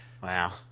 Wow